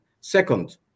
Second